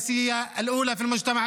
לדברים